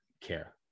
care